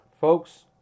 Folks